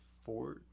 four